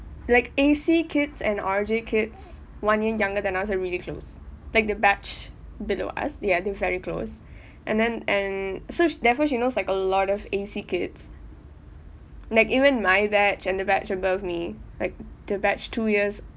like A_C kids and R_J kids one year younger than us are really close like the batch below us ya they are very close and then and so therefore she knows like a lot of A_C kids like even my batch and the batch above me like the batch two years